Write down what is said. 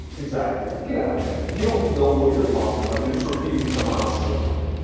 exactly. get out of here. you don't know what you're talking about. you're just repeating someone else's opinion.